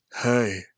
Hey